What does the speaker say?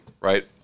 right